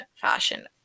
fashion